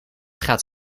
gaat